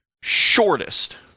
shortest